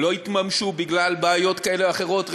או לא התממשו בגלל בעיות כאלה או אחרות,